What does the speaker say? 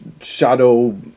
shadow